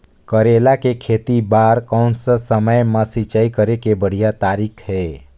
करेला के खेती बार कोन सा समय मां सिंचाई करे के बढ़िया तारीक हे?